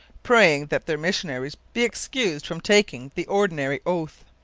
praying that their missionaries be excused from taking the ordinary oath.